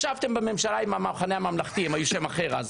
ישבתם בממשלה עם המחנה הממלכתי היה להם שם אחר אז.